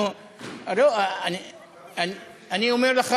אני אומר לך